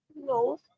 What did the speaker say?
No